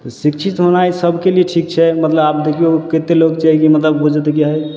शिक्षित होनाइ सभकेलिए ठीक छै मतलब आब देखिऔ कतेक लोक छै कि मतलब बुझैत हइ कि हइ